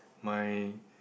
my